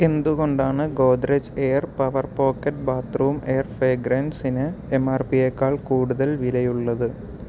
എന്തു കൊണ്ടാണ് Godrej air power pocket bathroom air ഫാഗ്രൻസിന് എം ആർ പി യെക്കാൾ കൂടുതൽ വിലയുള്ളത്